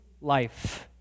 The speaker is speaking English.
life